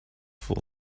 for